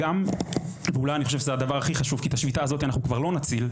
את השביתה הזאת אנחנו כבר לא נציל,